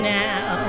now